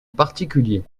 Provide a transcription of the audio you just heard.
particulier